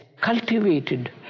cultivated